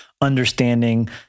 understanding